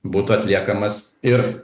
būtų atliekamas ir